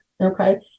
okay